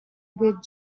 good